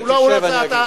כשתשב אני אגיד.